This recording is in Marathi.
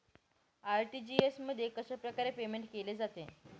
आर.टी.जी.एस मध्ये कशाप्रकारे पेमेंट केले जाते?